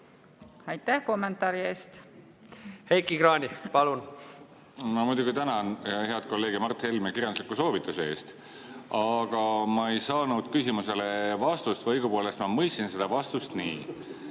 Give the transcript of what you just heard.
Aitäh kommentaari eest! Heiki Kranich, palun! Ma muidugi tänan head kolleegi Mart Helmet kirjandusliku soovituse eest. Aga ma ei saanud küsimusele vastust. Või õigupoolest ma mõistsin seda vastust nii,